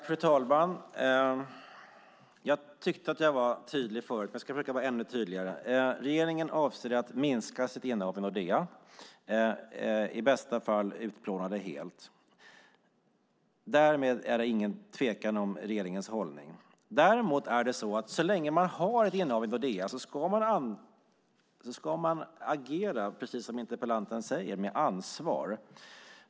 Fru talman! Jag tyckte att jag var tydlig förut, men jag ska försöka vara ännu tydligare. Regeringen avser att minska sitt innehav i Nordea, i bästa fall utplåna det helt. Därmed är det ingen tvekan om regeringens hållning. Så länge man har ett innehav i Nordea ska man däremot agera, precis som interpellanten säger, med ansvar.